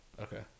okay